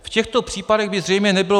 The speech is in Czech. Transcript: V těchto případech by zřejmě nebylo